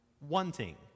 wanting